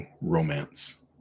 romance